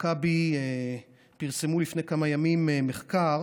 מכבי פרסמו לפני כמה ימים מחקר